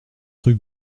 rue